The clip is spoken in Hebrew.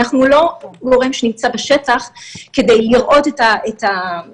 אנחנו לא גורם שנמצא בשטח כדי לראות את המבנה,